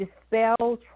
dispel